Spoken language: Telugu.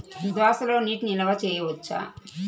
దోసలో నీటి నిల్వ చేయవచ్చా?